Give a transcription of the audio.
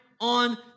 on